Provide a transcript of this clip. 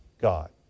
God